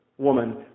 woman